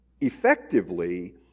effectively